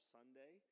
Sunday